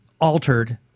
altered